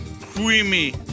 creamy